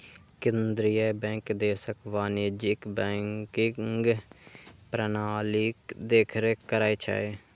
केंद्रीय बैंक देशक वाणिज्यिक बैंकिंग प्रणालीक देखरेख करै छै